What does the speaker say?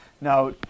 Now